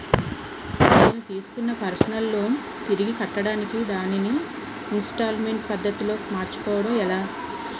నేను తిస్కున్న personal loan తిరిగి కట్టడానికి దానిని ఇంస్తాల్మేంట్ పద్ధతి లో మార్చుకోవడం ఎలా?